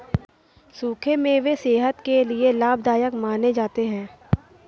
सुखे मेवे सेहत के लिये लाभदायक माने जाते है